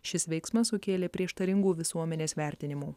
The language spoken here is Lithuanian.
šis veiksmas sukėlė prieštaringų visuomenės vertinimų